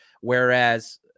Whereas